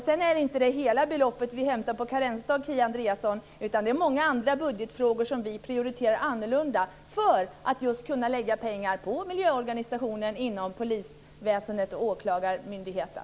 Sedan hämtar vi inte hela beloppet på karensdagen, Kia Andreasson, utan det är många andra budgetfrågor som vi prioriterar annorlunda för att kunna lägga pengar på miljöorganisationen inom polisväsendet och åklagarmyndigheten.